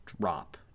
drop